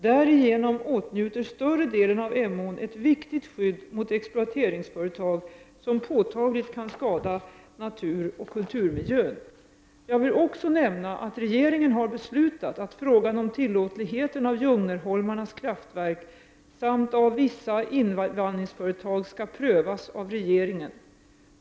Därigenom åtnjuter större delen av Emån ett viktigt skydd mot exploateringsföretag som påtagligt kan skada naturoch kulturmiljön. Jag vill också nämna att regeringen har beslutat att frågan om tillåtligheten av Jungnerholmarnas kraftverk samt av vissa invallningsföretag skall prövas av regeringen.